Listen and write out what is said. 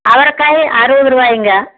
அவரைக்காய் அறுபதுரூவாயிங்க